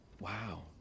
Wow